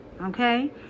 Okay